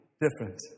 different